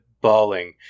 bawling